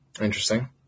interesting